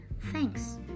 thanks